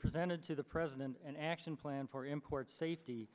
presented to the president an action plan for import safety